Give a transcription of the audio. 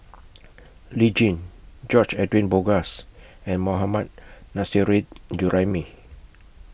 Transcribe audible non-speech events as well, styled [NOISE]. [NOISE] Lee Tjin George Edwin Bogaars and Mohammad Nurrasyid Juraimi